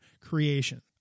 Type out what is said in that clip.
creation